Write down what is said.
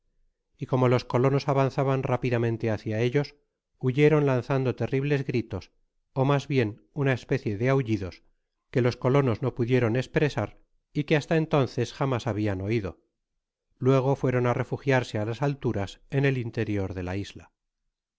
y como los colonos avanzaban rápidamente hacia ellos huyeron lanzando terribles gritos ó mas bien una especie de aullidos que los colonos no pudieron espresar y que hasta entonces jamás habianoido luego fueron á refugiarse á las alturas en el interior de la isla